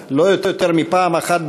לא יותר מפעם אחת במושב,